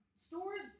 stores